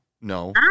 no